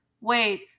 wait